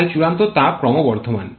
তাই চূড়ান্ত চাপ ক্রমবর্ধমান